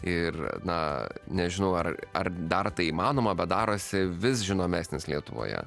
ir na nežinau ar ar dar tai įmanoma bet darosi vis žinomesnis lietuvoje